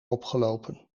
opgelopen